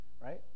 right